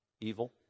evil